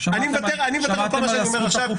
אני מוותר על כל מה שאני אומר עכשיו.